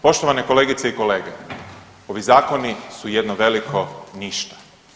Poštovane kolegice i kolege, ovi zakoni su jedno veliko ništa.